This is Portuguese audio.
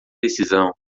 decisão